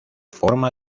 forma